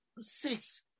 Six